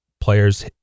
players